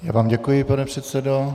Já vám děkuji, pane předsedo.